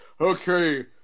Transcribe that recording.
Okay